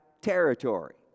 territory